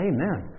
Amen